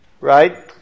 Right